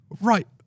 right